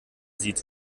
sieht